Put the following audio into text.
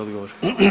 odgovor.